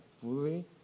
fully